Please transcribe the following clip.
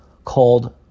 called